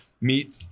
meet